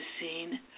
scene